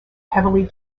heavily